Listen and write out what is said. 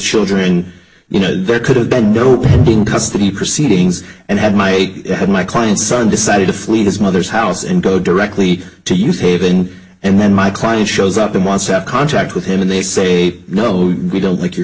children you know there could have been no pending custody proceedings and had my head my client's son decided to flee his mother's house and go directly to use haven and then my client shows up and wants to have contact with him and they say no we don't like your